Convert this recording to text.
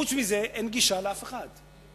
חוץ מזה אין גישה לאף אחד.